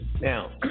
Now